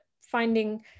finding